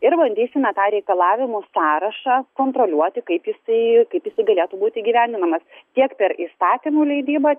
ir bandysime tą reikalavimų sąrašą kontroliuoti kaip jisai kaip jisai galėtų būti gyvenimas tiek per įstatymų leidybą